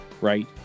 right